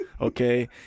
Okay